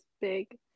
big